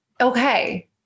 Okay